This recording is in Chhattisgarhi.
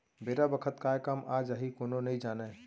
बेरा बखत काय काम आ जाही कोनो नइ जानय